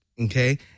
okay